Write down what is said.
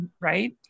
right